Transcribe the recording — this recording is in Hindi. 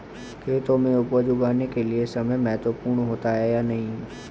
खेतों में उपज उगाने के लिये समय महत्वपूर्ण होता है या नहीं?